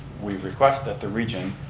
we request that the region